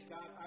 God